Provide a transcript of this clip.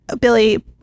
Billy